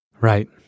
Right